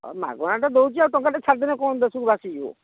ହଁ ମାଗଣା ତ ଦେଉଛି ଆଉ ଟଙ୍କାଟେ ଛାଡ଼ିଦେଲେ କ'ଣ ଦେଶକୁ ଭାସିଯିବ